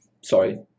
Sorry